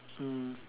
mm